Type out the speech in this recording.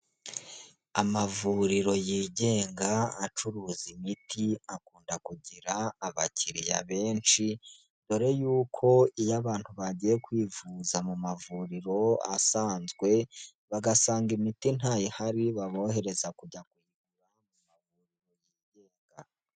Amavuriro yigenga acuruza imiti, akunda kugira abakiriya benshi mbere y'uko iyo abantu bagiye kwivuza mu mavuriro asanzwe, bagasanga imiti ntayo ihari babohereza kujya.